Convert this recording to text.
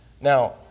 Now